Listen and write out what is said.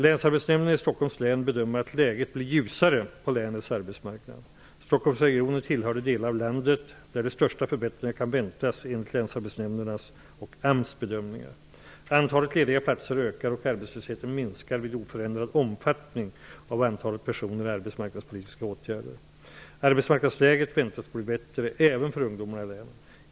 Länsarbetsnämnden i Stockholms län bedömer att läget blir ljusare på länets arbetsmarknad. Stockholmsregionen tillhör de delar av landet där de största förbättringarna väntas enligt länsarbetsnämndernas och AMS bedömningar. Arbetsmarknadsläget väntas bli bättre även för ungdomarna i länet.